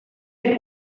had